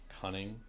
cunning